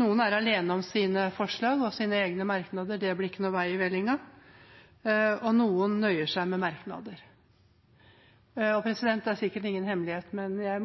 Noen er alene om sine forslag og sine egne merknader. Det lager ikke noe vei i vellinga. Og noen nøyer seg med merknader. Det er sikkert ingen hemmelighet, men jeg